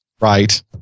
Right